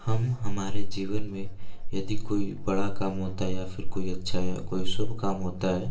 हम हमारे जीवन में यदि कोई बड़ा काम होता है या फिर कोई अच्छा या कोई शुभ काम होता है